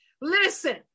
listen